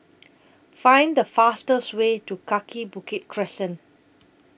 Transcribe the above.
Find The fastest Way to Kaki Bukit Crescent